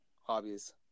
hobbies